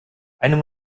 einen